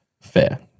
Fair